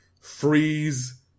freeze